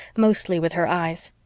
mostly with her eyes.